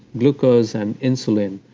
glucose and insulin,